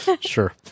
Sure